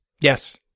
Yes